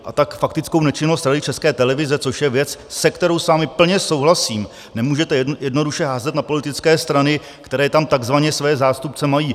A tak faktickou nečinnost Rady České televize, což je věc, se kterou s vámi plně souhlasím, nemůžete jednoduše házet na politické strany, které tam takzvaně své zástupce mají.